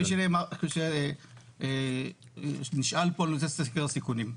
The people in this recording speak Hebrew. כפי שנשאל פה לגבי סקר הסיכונים,